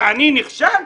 ואני נכשל?